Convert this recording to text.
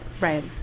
Right